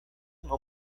uma